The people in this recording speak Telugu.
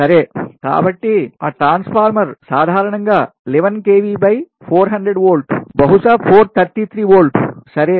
సరే కాబట్టి ఆ transformer సాధారణంగా 11 kV బై 400 వోల్ట్ బహుశా 433 వోల్ట్ సరే